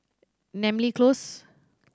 Namly Close